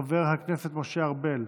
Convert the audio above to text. חבר הכנסת משה ארבל,